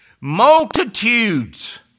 multitudes